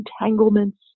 entanglements